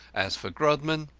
as for grodman,